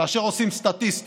כאשר עושים סטטיסטיקה,